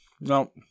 No